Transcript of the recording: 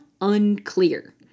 unclear